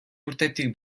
urtetik